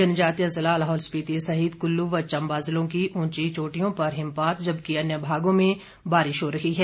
जनजातीय जिला लाहौल स्पिति सहित कुल्लू व चंबा जिलों की उंचाई चोटियों पर हिमपात जबकि अन्य भागों में बारिश हो रही है